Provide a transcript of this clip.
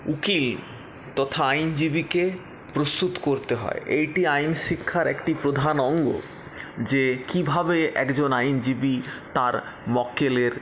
উকিল তথা আইন জীবিকে প্রস্তুত করতে হয় এইটি আইন শিক্ষার একটি প্রধান অঙ্গ যে কিভাবে একজন আইনজীবি তার মক্কেলের